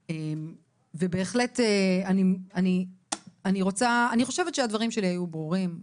בהחלט אני חושבת שהדברים שלי היו ברורים,